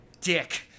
dick